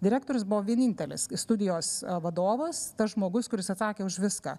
direktorius buvo vienintelis studijos vadovas tas žmogus kuris atsakė už viską